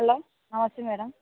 hello నమస్తే madam